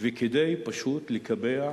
כדי פשוט לקבע,